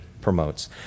promotes